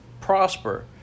Prosper